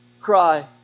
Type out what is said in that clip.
cry